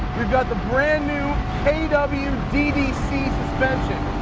we've got the brand new kw ddc suspension.